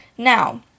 Now